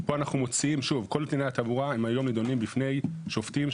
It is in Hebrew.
כל דיני התעבורה נדונים היום בפני שופטים,